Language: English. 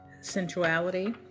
sensuality